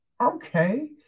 okay